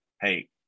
hey